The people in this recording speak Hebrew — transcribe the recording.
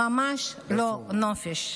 ממש לא נופש.